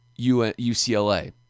UCLA